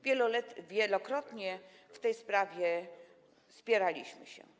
Wielokrotnie w tej sprawie spieraliśmy się.